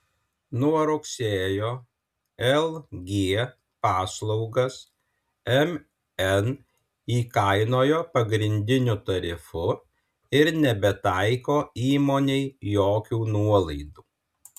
nuo rugsėjo lg paslaugas mn įkainojo pagrindiniu tarifu ir nebetaiko įmonei jokių nuolaidų